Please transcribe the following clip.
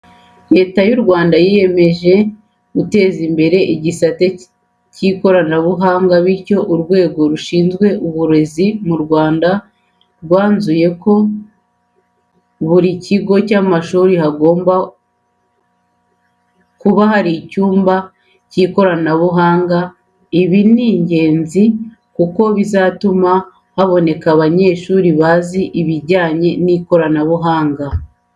Leta y'u Rwanda yiyemeje guteza imbere igisate cy'ikoranabuhanga bityo Urwego rushizwe Uburezi mu Rwanda rwanzuye ko muri buri kigo cy'amashuri hagomba buka hari icyumba k'ikoranabuhanga. Ibi ni ingenzi kuko bizatuma haboneka abanyeshuri bazi ibijyanye n'ikoranabuhanga.